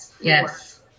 Yes